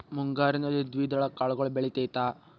ಮುಂಗಾರಿನಲ್ಲಿ ದ್ವಿದಳ ಕಾಳುಗಳು ಬೆಳೆತೈತಾ?